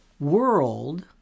World